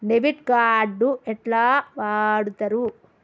Debit card ఎట్లా వాడుతరు?